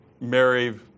Mary